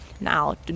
now